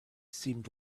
seemed